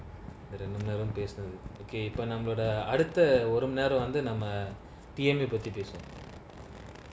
at an eleven business okay per number the other the autumn narrow under them A_T_M your potatoes